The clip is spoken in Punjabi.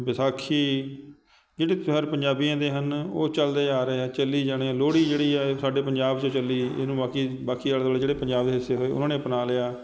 ਵਿਸਾਖੀ ਜਿਹੜੇ ਤਿਉਹਾਰ ਪੰਜਾਬੀਆਂ ਦੇ ਹਨ ਉਹ ਚੱਲਦੇ ਆ ਰਹੇ ਆ ਚੱਲੀ ਜਾਣੇ ਲੋਹੜੀ ਜਿਹੜੀ ਆ ਸਾਡੇ ਪੰਜਾਬ 'ਚ ਚੱਲੀ ਇਹਨੂੰ ਬਾਕੀ ਬਾਕੀ ਆਲੇ ਦੁਆਲੇ ਜਿਹੜੇ ਪੰਜਾਬ ਦੇ ਹਿੱਸੇ ਹੋਏ ਉਹਨਾਂ ਨੇ ਅਪਣਾ ਲਿਆ